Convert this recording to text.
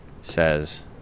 says